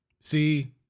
See